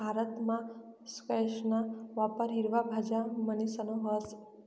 भारतमा स्क्वैशना वापर हिरवा भाज्या म्हणीसन व्हस